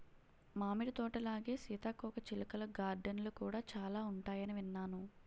మామిడి తోటలాగే సీతాకోకచిలుకల గార్డెన్లు కూడా చాలా ఉంటాయని విన్నాను